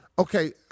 Okay